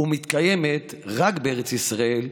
ומתקיימת רק בארץ ישראל,